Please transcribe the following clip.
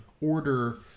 order